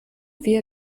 wir